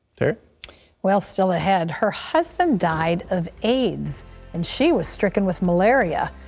terry well, still ahead, her husband died of aids and she was stricken with malaria.